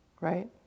right